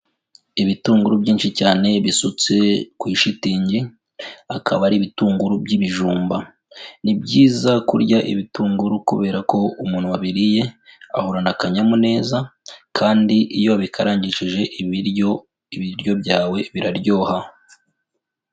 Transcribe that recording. Ibitunguru byinshi cyane bisutse ku ishitingi, akaba ari ibitunguru by'ibijumba, ni byiza kurya ibitunguru kubera ko umuntu wabiriye, ahorana akanyamuneza kandi iyo wabikarangishije ibiryo, ibiryo byawe biraryoha.